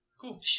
Cool